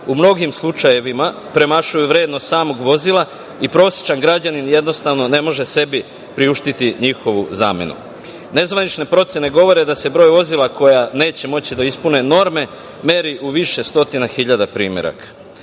u mnogim slučajevima premašuju vrednost samog vozila i prosečan građanin jednostavno ne može sebi priuštiti njihovu zamenu. Nezvanične procene govore da se broj vozila koja neće moći da ispune norme meri u više stotina hiljada primeraka.S